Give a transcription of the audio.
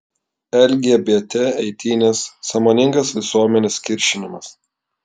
lgbt eitynės sąmoningas visuomenės kiršinimas